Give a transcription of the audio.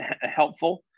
helpful